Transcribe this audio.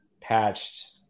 patched